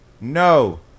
No